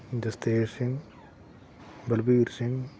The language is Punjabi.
ਜਸਤੇਜ਼ ਸਿੰਘ ਬਲਬੀਰ ਸਿੰਘ